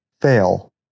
fail